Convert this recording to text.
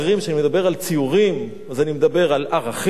וכשאני מדבר על ציורים אז אני מדבר על ערכים,